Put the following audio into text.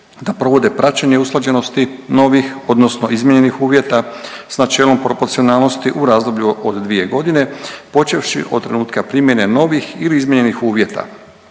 da provode praćenje usklađenosti novih odnosno izmijenjenih uvjeta s načelom proporcionalnosti u razdoblju od 2.g. počevši od trenutka primjene novih ili izmijenjenih uvjeta.